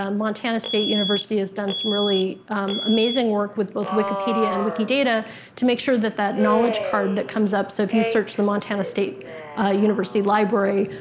um montana state university has done some really amazing work with both wikipedia and wikidata to make sure that that knowledge card that comes up, so if you search the montana state university library,